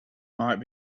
might